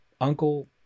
uncle